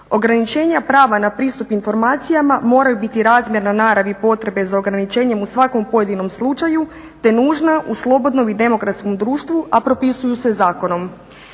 Ograničenja prava na pristup informacijama moraju biti razmjerna naravi potrebe za ograničenjem u svakom pojedinom slučaju te nužna u slobodnom i demokratskom društvu, a propisuju se zakonom.